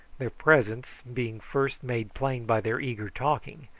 their presence being first made plain by their eager talking,